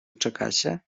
czekacie